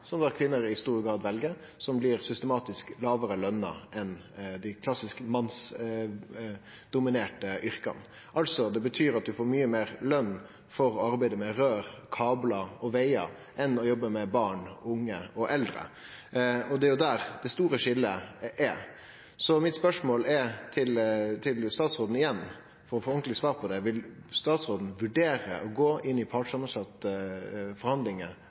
klassisk mannsdominerte yrka. Det betyr at ein får mykje meir løn for arbeid med røyr, kablar og vegar enn for å jobbe med barn, unge og eldre. Det er der det store skiljet er. Mitt spørsmål igjen til statsråden, for å få eit ordentleg svar, er: Vil statsråden vurdere å gå inn i partssamansette forhandlingar